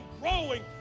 growing